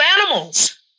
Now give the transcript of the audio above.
animals